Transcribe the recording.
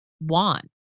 want